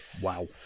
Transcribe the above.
Wow